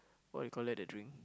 what you call that that drink